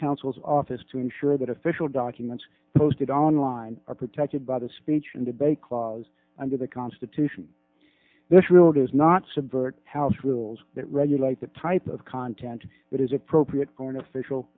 counsel's office to ensure that official documents posted online mine are protected by the speech and debate clause under the constitution this rule does not subvert house rules that regulate the type of content that is appropriate for an official